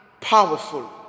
powerful